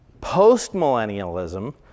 Postmillennialism